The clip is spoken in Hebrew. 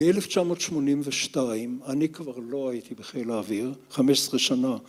‫ב-1982, אני כבר לא הייתי ‫בחיל האוויר, 15 שנה.